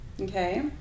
Okay